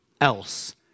else